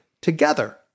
together